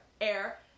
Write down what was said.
Air